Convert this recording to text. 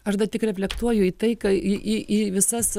aš dar tik reflektuoju į tai ką į į į visas